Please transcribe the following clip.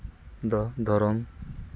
ᱫᱚ ᱫᱷᱚᱨᱚᱢ